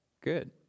Good